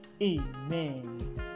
Amen